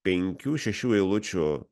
penkių šešių eilučių